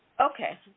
Okay